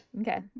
Okay